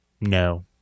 No